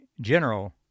general